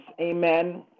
Amen